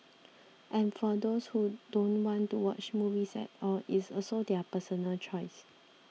and for those who don't want to watch movies at all it's also their personal choice